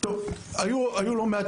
היו לא מעט